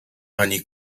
ani